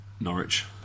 Norwich